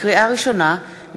לקריאה ראשונה,